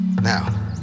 Now